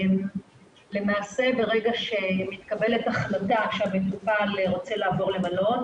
למעשה ברגע שמתקבלת החלטה שהמטופל רוצה לעבור למלון,